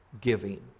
giving